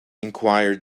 enquired